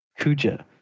Kuja